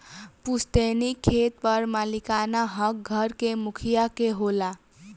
पुस्तैनी खेत पर मालिकाना हक घर के मुखिया के होला